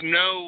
no –